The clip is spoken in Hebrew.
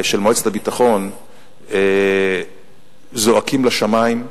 של מועצת הביטחון זועקים לשמים.